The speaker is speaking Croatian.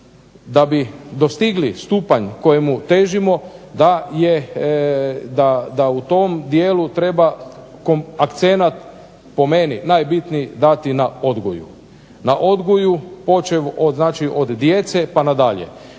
da bi dostigli stupanj kojemu težimo da u tom dijelu treba akcenat po meni najbitniji dati na odgoju, na odgoju počev od djece pa na dalje.